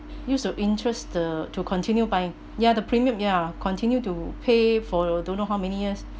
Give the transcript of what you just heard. use the interest the to continue buying ya the premium ya continue to pay for your don't know how many years